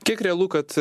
kiek realu kad